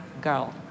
girl